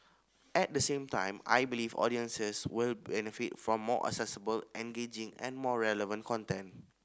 at the same time I believe audiences will benefit from more accessible engaging and more relevant content